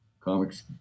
comics